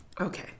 okay